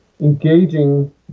engaging